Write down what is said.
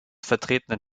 vertretenen